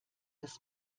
das